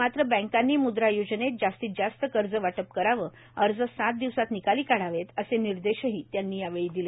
मात्र बँकांनी मुद्रा योजनेत जास्तीत जास्त कर्ज वाटप करावे अर्ज सात दिवसात निकाली काढावे असे निर्देश त्यांनी दिले